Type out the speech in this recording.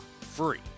free